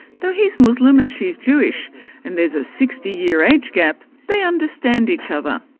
though he's muslim and she's jewish and there's a sixty year age gap they understand each other.